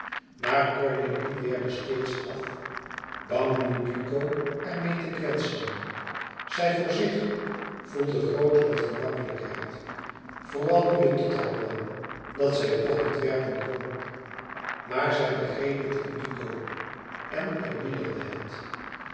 maar cornélie weerde steeds af bang nu duco er meê te kwetsen zij voor zich voelde grootere gemakkelijkheid vooral nu het tot haar kwam dat zij toch niet werken kon maar zij begreep het in duco en eerbiedigde het